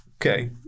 Okay